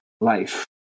life